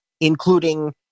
including